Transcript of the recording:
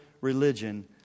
religion